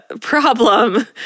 problem